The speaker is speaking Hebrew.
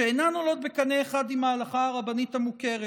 שאינן עולות בקנה אחד עם ההלכה הרבנית המוכרת.